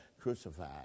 crucified